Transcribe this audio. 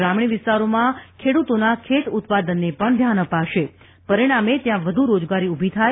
ગ્રામીણ વિસ્તારોમાં ખેડૂતોના ખેત ઉત્પાદનને પણ ધ્યાન અપાશે પરિણામે ત્યાં વધુ રોજગારી ઉભી થાય